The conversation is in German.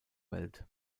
welt